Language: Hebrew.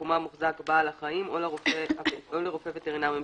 שבתחומה מוחזק בעל החיים או לרופא וטרינר ממשלתי.